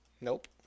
Nope